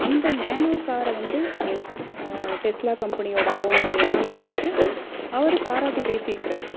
அந்த நேனோ காரை வந்து எஸ் டெஸ்லா கம்பெனியுடய ஓனரு எலான் மாஸ்க்கு அவர் பாராட்டி பேசியிருக்கிறாரு